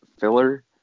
filler